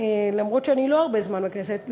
אף שאני לא נמצאת הרבה זמן בכנסת,